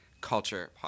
culture